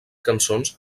cançons